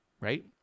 Right